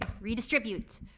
Redistribute